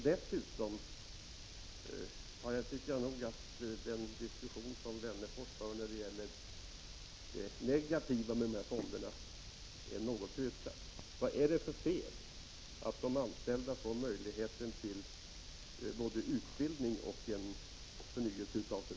Dessutom tycker jag nog att den diskussion som herr Wennerfors för när det gäller det negativa med de här fonderna är något krystad. Vad är det för fel att de anställda får möjlighet till både utbildning och förnyelse av sitt arbete?